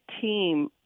team